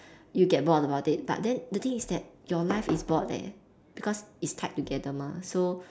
you get bored about it but then the thing is that your life is bored eh because it's tied together mah so